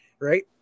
Right